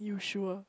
you sure